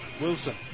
Wilson